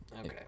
Okay